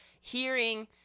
hearing